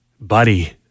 buddy